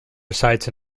resides